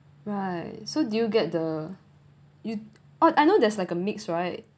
right so do you get the you oh I know there's like a mixed right